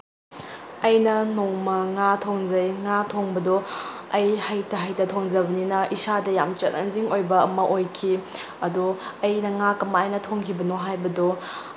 ꯑꯩꯅ ꯅꯣꯡꯃꯥ ꯉꯥ ꯊꯣꯡꯖꯩ ꯉꯥ ꯊꯣꯡꯕꯗꯣ ꯑꯩ ꯍꯩꯇ ꯍꯩꯇ ꯊꯣꯡꯖꯕꯅꯤꯅ ꯏꯁꯥꯗ ꯌꯥꯝ ꯆꯦꯂꯦꯟꯖꯤꯡ ꯑꯣꯏꯕ ꯑꯃ ꯑꯣꯏꯈꯤ ꯑꯗꯣ ꯑꯩꯅ ꯉꯥ ꯀꯃꯥꯏꯅ ꯊꯣꯡꯈꯤꯕꯅꯣ ꯍꯥꯏꯕꯗꯣ